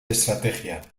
estrategia